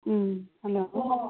ꯎꯝ hello